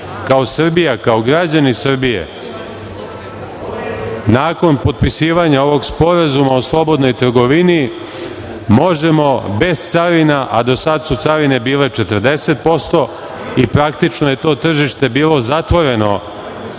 kao Srbija, kao građani Srbije, nakon potpisivanja ovog Sporazuma o slobodnoj trgovini možemo bez carina, a do sad su carine bile 40% i praktično je to tržište bilo zatvoreno